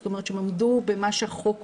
זאת אומרת שהם עמדו במה שהחוק אומר.